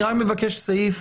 אני רק מבקש סעיף